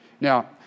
Now